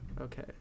okay